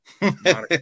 Monica